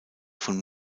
von